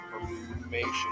information